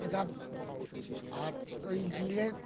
এটা আর ওই দিলে